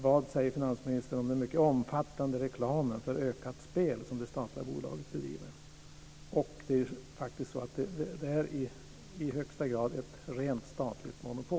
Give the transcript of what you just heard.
Vad säger finansministern om den mycket omfattande reklam för ökat spel som det statliga bolaget bedriver? Det är ju i högsta grad ett rent statligt monopol.